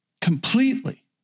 completely